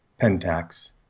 pentax